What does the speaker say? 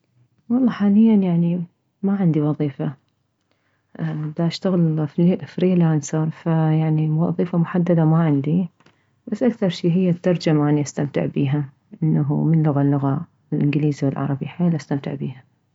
والله حاليا يعني ما عندي وظيفة داشتغل فريلانسر فيعني وظيفة محددة ما عندي بس اكثر هي الترجمة اني استمتع بيها انه من لغة للغة الانكليزي والعربي حيل استمتع بيها